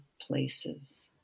places